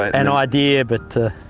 an idea but